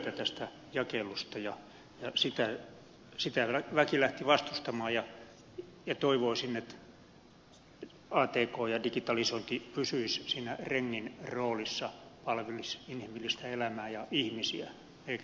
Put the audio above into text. sitä väki lähti vastustamaan ja toivoisin että atk ja digitalisointi pysyisivät rengin roolissa palvelisivat inhimillistä elämää ja ihmisiä eikä päinvastoin